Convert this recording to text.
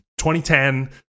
2010